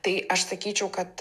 tai aš sakyčiau kad